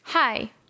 Hi